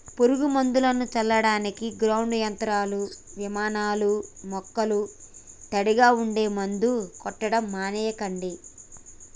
పురుగు మందులను చల్లడానికి గ్రౌండ్ యంత్రాలు, విమానాలూ మొక్కలు తడిగా ఉంటే మందు కొట్టడం మానెయ్యండి